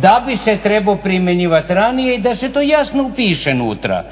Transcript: da bi se trebao primjenjivati ranije i da se to jasno upiše nutra.